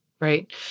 Right